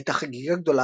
הייתה חגיגה גדולה,